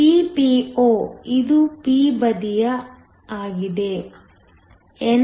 Ppo ಇದು p ಬದಿಯ ಆಗಿದೆNA